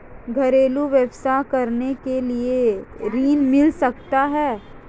घरेलू व्यवसाय करने के लिए ऋण मिल सकता है?